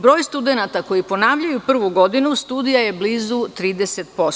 Broj studenata koji ponavljaju prvu godinu studija je blizu 30%